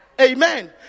Amen